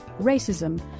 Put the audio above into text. racism